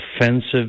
offensive